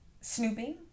snooping